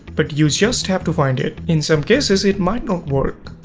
but you just have to find it. in some cases, it might not work.